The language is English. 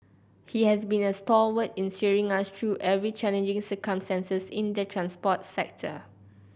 he has been a stalwart in steering us through every challenging circumstances in the transport sector